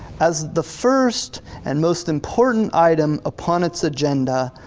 as the first and most important item upon its agenda,